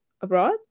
Abroad